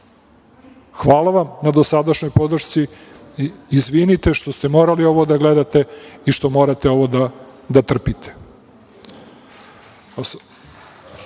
Hvala vam na dosadašnjoj podršci i izvinite što ste morali ovo da gledate i što morate ovo da trpite. Sada